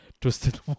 twisted